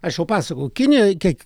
aš jau pasakojau kinijoj kiek